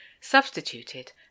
substituted